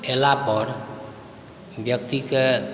अएलापर व्यक्तिके